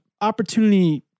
opportunity